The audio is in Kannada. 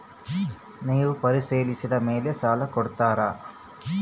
ನೇವು ಪರಿಶೇಲಿಸಿದ ಮೇಲೆ ಸಾಲ ಕೊಡ್ತೇರಾ?